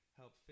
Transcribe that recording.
help